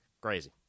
Crazy